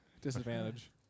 disadvantage